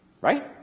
right